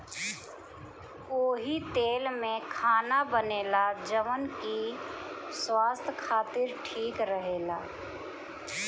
ओही तेल में खाना बनेला जवन की स्वास्थ खातिर ठीक रहेला